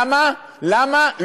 למה?